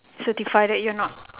certify that you are not